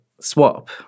swap